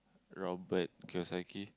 Robert-Kiyosaki